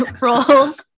roles